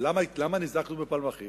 למה נזעקנו בפלמחים?